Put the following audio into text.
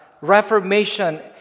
Reformation